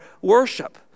worship